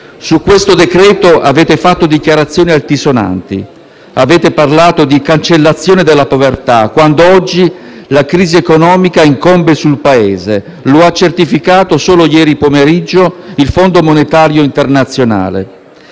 in esame avete fatto dichiarazione altisonanti. Avete parlato di cancellazione della povertà, quando oggi la crisi economica incombe sul Paese: lo ha certificato solo ieri pomeriggio il Fondo monetario internazionale.